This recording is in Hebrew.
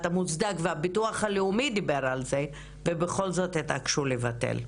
המוצדק והביטוח הלאומי דיבר על זה ובכל זאת התעקשו לבטל.